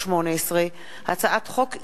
פ/3045/18 וכלה בהצעת חוק פ/3063/18,